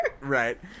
Right